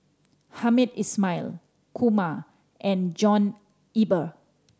Hamed Ismail Kumar and John Eber